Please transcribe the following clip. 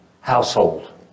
household